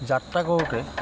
যাত্ৰা কৰোঁতে